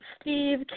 Steve